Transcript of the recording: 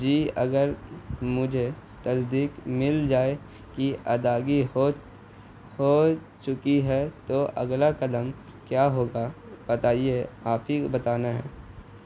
جی اگر مجھے تصدیق مل جائے کہ ادائیگی ہو ہو چکی ہے تو اگلا قدم کیا ہوگا بتائیے آپ ہی کو بتانا ہے